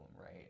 right